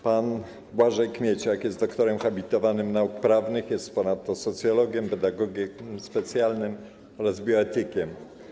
Pan Błażej Kmieciak jest doktorem habilitowanym nauk prawnych, jest ponadto socjologiem, pedagogiem specjalnym oraz bioetykiem.